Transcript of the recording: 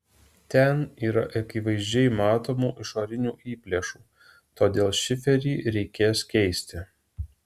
ten yra akivaizdžiai matomų išorinių įplėšų todėl šiferį reikės keisti